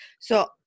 So-